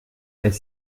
est